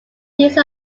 these